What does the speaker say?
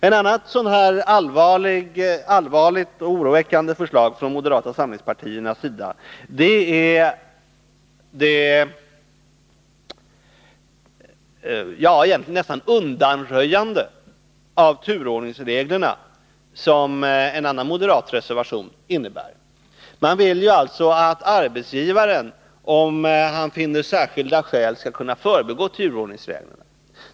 En annan moderat reservation innebär ytterligare ett allvarligt oroväckande förslag — nästan ett undanröjande av turordningsreglerna. Man vill alltså att arbetsgivaren, om han finner särskilda skäl, skall kunna förbigå turordningsreglerna.